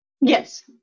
Yes